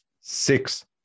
six